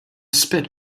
spit